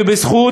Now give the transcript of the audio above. ובזכות,